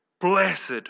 blessed